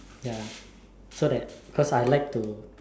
ya so that cause I like to